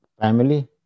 Family